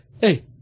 Hey